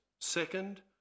Second